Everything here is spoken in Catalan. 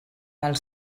els